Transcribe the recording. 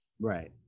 right